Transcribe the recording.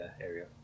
area